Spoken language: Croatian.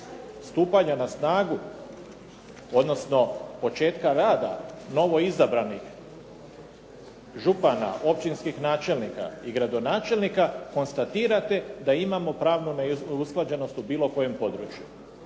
stupanja na snagu, odnosno početka rada novoizabranih župana, općinskih načelnika i gradonačelnika konstatirate da imamo pravnu neusklađenost u bilo kojem području.